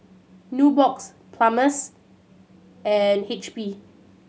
Nubox Palmer's and H P